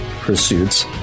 Pursuits